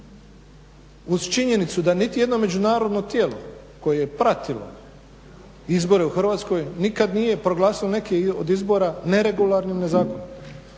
Uz činjenicu da niti jedno međunarodno tijelo koje je pratilo izbore u Hrvatskoj nikad nije proglasilo neke od izbora neregularnim, nezakonitim.